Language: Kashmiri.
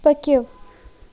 پٔکِو